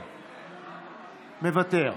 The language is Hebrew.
מוותר,